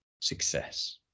success